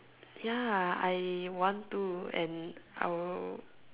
ya I want to and I will